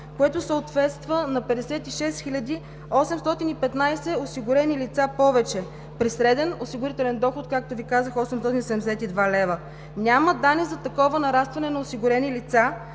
което съответства на 56 хиляди 815 осигурени лица повече при среден осигурителен доход, както Ви казах, 872 лв. Няма данни за такова нарастване на осигурени лица,